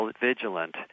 vigilant